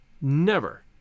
Never